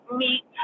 meet